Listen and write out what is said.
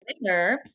winner